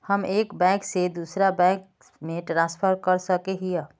हम एक बैंक से दूसरा बैंक में ट्रांसफर कर सके हिये?